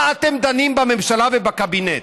על מה אתם דנים בממשלה ובקבינט,